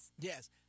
Yes